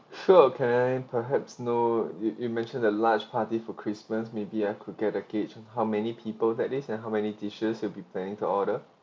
sure can I perhaps know you you mentioned a large party for christmas maybe I could get a gauge on how many people that is and how many dishes you will be planning to order